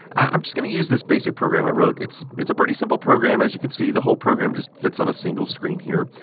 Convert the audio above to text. i'm just going to use this basic program i wrote. it's it's a pretty simple program, as you can see, the whole program fits on a single screen here.